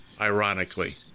ironically